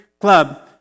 club